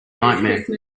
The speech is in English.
nightmare